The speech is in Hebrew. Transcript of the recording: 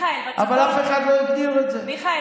אבל אף אחד לא הגדיר את זה,